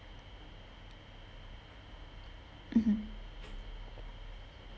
mmhmm